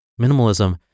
Minimalism